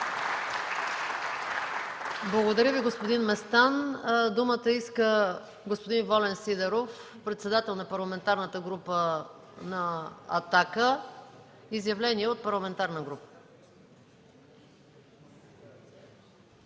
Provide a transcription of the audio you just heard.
Благодаря Ви, господин Местан. Думата иска господин Волен Сидеров – председател на Парламентарната група на „Атака”, изявление от парламентарна група.